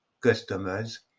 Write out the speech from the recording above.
customers